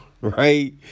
right